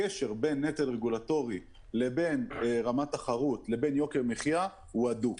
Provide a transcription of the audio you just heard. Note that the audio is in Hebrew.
הקשר בין נטל רגולטורי לבין רמת תחרות לבין יוקר מחייה הוא הדוק.